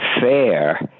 fair